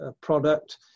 product